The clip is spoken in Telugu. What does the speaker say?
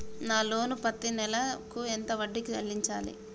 నా లోను పత్తి నెల కు ఎంత వడ్డీ చెల్లించాలి?